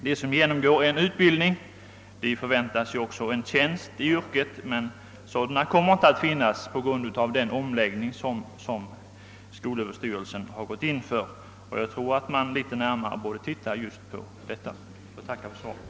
De som genomgår en utbildning förväntar sig också tjänster inom yrket, men sådana kommer, på grund av den omläggning skolöverstyrelsen gått in för, inte att finnas. Jag tror att man borde titta litet närmare just på dessa förhållanden. Jag vill än en gång tacka för svaret;